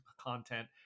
content